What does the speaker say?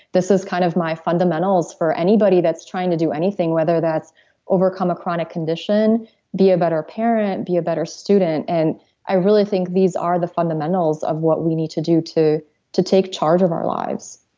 this is kind of my fundamentals for anybody that's trying to do anything, whether that's overcome a chronic condition be a better parent, be a better student. and i really think these are the fundamentals of what we need to do to to take charge of our lives